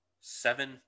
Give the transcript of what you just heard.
Seven